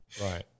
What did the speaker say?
right